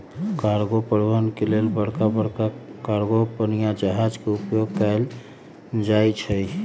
cargo परिवहन के लेल बड़का बड़का कार्गो पनिया जहाज के उपयोग कएल जाइ छइ